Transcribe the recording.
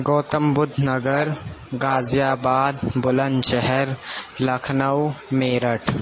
Gautam Buddh Nagar Ghaziabad Bulandshahr Lucknow Meerut